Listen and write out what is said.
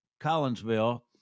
Collinsville